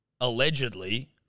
allegedly